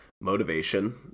motivation